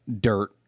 dirt